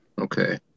okay